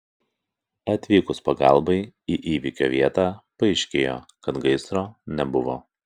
atvykus pagalbai į įvykio vietą paaiškėjo kad gaisro nebuvo